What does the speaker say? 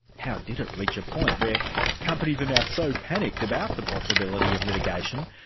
how did it reach a point where companies are now so panicked about the possibility of litigation,